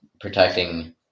protecting